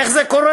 איך זה קורה?